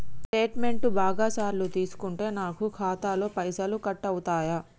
Statement బాగా సార్లు తీసుకుంటే నాకు ఖాతాలో పైసలు కట్ అవుతయా?